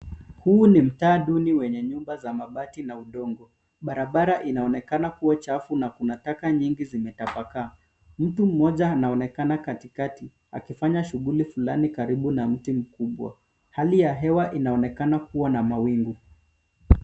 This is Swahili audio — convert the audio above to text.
Huu ni mtaa duni wenye nyumba za mabati na udongo barabara inaonekana kuwa ina uchafu na kuna taka nyingi zime tapakaa. Mtu mmoja anaonekana katikati akifanya shughuli flani karibu na mti mkubwa , hali ya hewa inaonekana kuwa na mawingu.